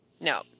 No